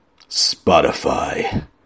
Spotify